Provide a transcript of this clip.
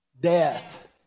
death